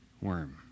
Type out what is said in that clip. worm